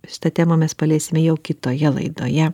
šitą temą mes paliesime jau kitoje laidoje